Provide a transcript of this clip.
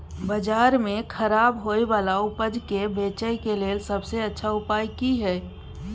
बाजार में खराब होय वाला उपज के बेचय के लेल सबसे अच्छा उपाय की हय?